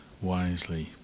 wisely